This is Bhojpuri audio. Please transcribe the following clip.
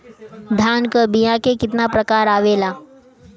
धान क बीया क कितना प्रकार आवेला?